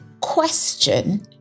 question